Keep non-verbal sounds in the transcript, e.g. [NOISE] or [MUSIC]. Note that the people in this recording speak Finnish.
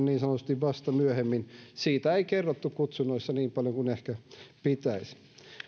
[UNINTELLIGIBLE] niin sanotusti huomasin vasta myöhemmin siitä ei kerrottu kutsunnoissa niin paljon kuin ehkä pitäisi